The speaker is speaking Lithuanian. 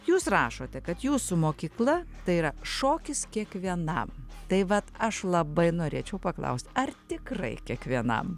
jūs rašote kad jūsų mokykla tai yra šokis kiekvienam tai vat aš labai norėčiau paklaust ar tikrai kiekvienam